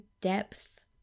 depth